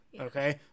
okay